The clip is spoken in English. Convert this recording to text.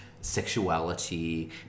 sexuality